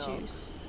juice